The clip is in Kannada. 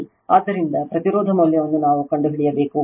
ಆದ್ದರಿಂದ ಪ್ರತಿರೋಧ ಮೌಲ್ಯವನ್ನು ನಾವು ಕಂಡುಹಿಡಿಯಬೇಕು